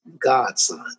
godson